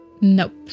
Nope